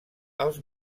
els